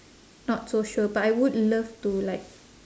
not so sure but I would love to like